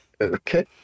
Okay